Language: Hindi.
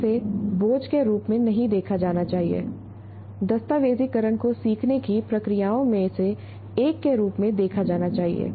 इसे बोझ के रूप में नहीं देखा जाना चाहिए दस्तावेज़ीकरण को सीखने की प्रक्रियाओं में से एक के रूप में देखा जाना चाहिए